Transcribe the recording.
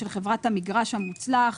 של חברת "המגרש המוצלח".